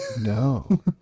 no